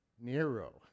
Nero